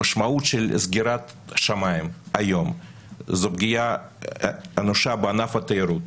המשמעות של סגירת שמים היום היא פגיעה אנושה בענף התיירות,